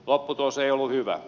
lopputulos ei ollut hyvä